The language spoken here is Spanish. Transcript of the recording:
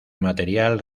material